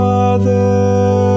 Father